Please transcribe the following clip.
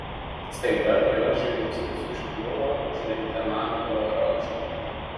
staiga jos žvilgsnis užkliuvo už leitenanto ročo